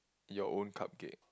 your own cupcake